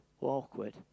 awkward